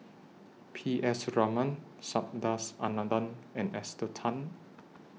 P S Raman Subhas Anandan and Esther Tan